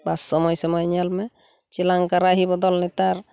ᱵᱟᱥ ᱥᱚᱢᱚᱭ ᱥᱚᱢᱚᱭ ᱧᱮᱞᱢᱮ ᱪᱮᱞᱟᱝ ᱠᱟᱨᱟᱦᱤ ᱵᱚᱫᱚᱞ ᱱᱮᱛᱟᱨ